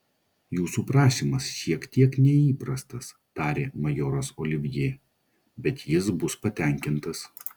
jūsų prašymas šiek tiek neįprastas tarė majoras olivjė bet jis bus patenkintas